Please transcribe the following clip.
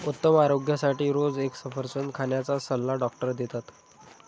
उत्तम आरोग्यासाठी रोज एक सफरचंद खाण्याचा सल्ला डॉक्टर देतात